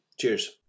Cheers